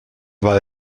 war